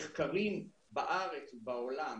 מחקרים בארץ ובעולם,